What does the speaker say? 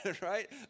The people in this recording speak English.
Right